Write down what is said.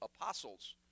apostles